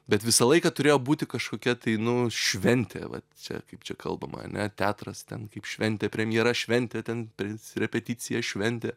bet visą laiką turėjo būti kažkokia tai nu šventė vat čia kaip čia kalbama ane teatras ten kaip šventė premjera šventė ten prins repeticija šventė